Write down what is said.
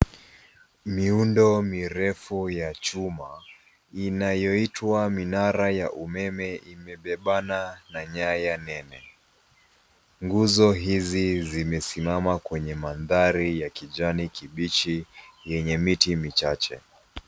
Miundo mirefu ya chuma inayoitwa minara ya umeme imebebana na nyaya nene. Nguzo hizi zimesimama kwenye mandhari ya kijani kibichi yenye miti michache.